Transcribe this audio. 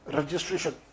registration